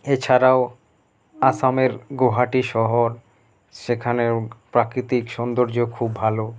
এছাড়াও আসামের গুয়াহাটি শহর সেখানেও প্রাকৃতিক সৌন্দর্য খুব ভালো